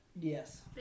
Yes